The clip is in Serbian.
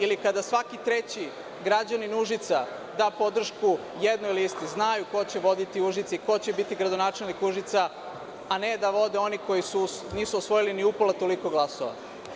Ili kada svaki treći građanin Užica da podršku jednoj listi, da onda znaju ko će voditi Užice i ko će biti gradonačelnik Užica, a ne da vode oni koji nisu osvojili ni upola toliko glasova.